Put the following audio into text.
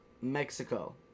Mexico